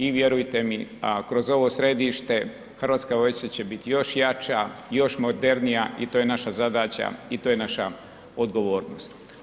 I vjerujte mi kroz ovo središte Hrvatska vojska će biti još jača, još modernija i to je naša zadaća i to je naša odgovornost.